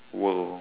world